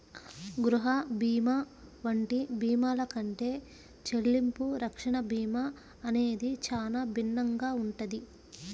గృహ భీమా వంటి భీమాల కంటే చెల్లింపు రక్షణ భీమా అనేది చానా భిన్నంగా ఉంటది